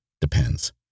depends